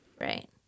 Right